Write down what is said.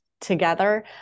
together